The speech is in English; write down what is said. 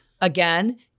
Again